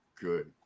Good